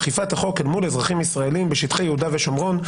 אכיפת החוק אל מול אזרחים ישראלים בשטחי יהודה ושומרון,